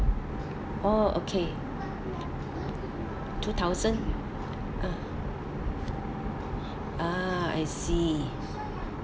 oh okay two thousand uh ah I see